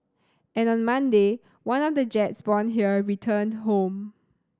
and on Monday one of the jets born here returned home